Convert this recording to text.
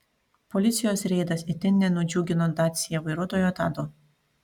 policijos reidas itin nenudžiugino dacia vairuotojo tado